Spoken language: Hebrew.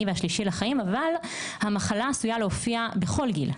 והשלישי לחיים אבל המחלה עשויה להופיע בכל גיל.